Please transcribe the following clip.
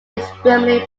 extremely